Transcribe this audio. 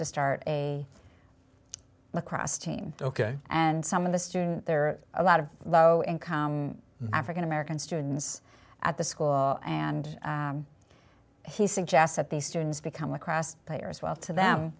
to start a lacrosse team ok and some of the student there are a lot of low income african american students at the school and he suggests that these students become across players well to them